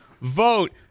vote